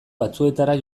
batzuetara